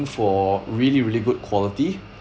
for really really good quality